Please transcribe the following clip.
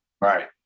Right